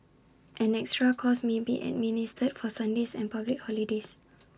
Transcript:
an extra cost may be administered for Sundays and public holidays